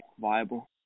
viable